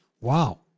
Wow